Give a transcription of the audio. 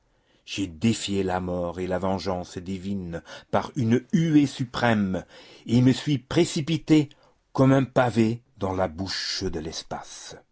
j'ai défié la mort et la vengeance divine par une huée suprême et me suis précipité comme un pavé dans la bouche de l'espace